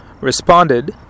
responded